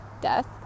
death